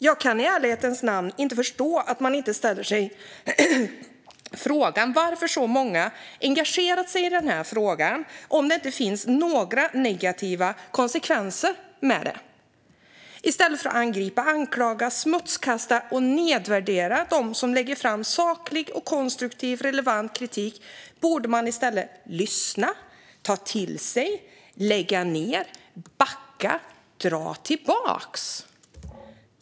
Jag kan i ärlighetens namn inte förstå att man inte ställer sig frågan varför så många har engagerat sig i förslaget om det inte skulle finnas några negativa konsekvenser med det. I stället för att angripa, anklaga, smutskasta och nedvärdera dem som lägger fram saklig, konstruktiv och relevant kritik borde regeringen lyssna, ta till sig, lägga ned, backa och dra tillbaka.